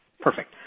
Perfect